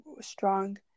strong